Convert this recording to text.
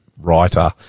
writer